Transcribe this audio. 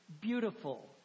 beautiful